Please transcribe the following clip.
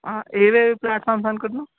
ఏవేవి ప్లాట్ఫామ్స్ అనుకుంటునావు